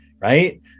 Right